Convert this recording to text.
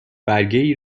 برگهای